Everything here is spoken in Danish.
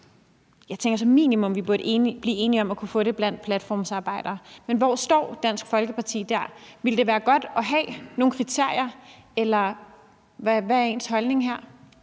Jeg tænker, at vi som minimum burde blive enige om at få det blandt platformsarbejdere. Men hvor står Dansk Folkeparti dér? Ville det være godt at have nogle kriterier, eller hvad er holdningen her?